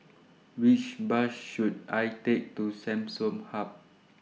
Which Bus should I Take to Samsung Hub